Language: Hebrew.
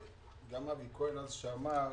דובר, גם אבי כהן שהיה